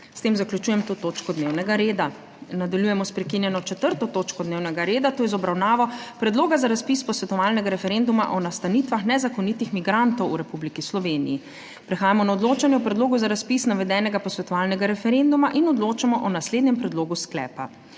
S tem zaključujem to točko dnevnega reda. Nadaljujemo s **prekinjeno 4. točko dnevnega reda - Predlog za razpis posvetovalnega referenduma o nastanitvah nezakonitih migrantov v Republiki Sloveniji.** Prehajamo na odločanje o predlogu za razpis navedenega posvetovalnega referenduma in odločamo o naslednjem predlogu sklepa: